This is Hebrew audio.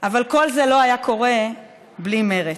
אבל כל זה לא היה קורה בלי מרצ.